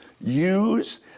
use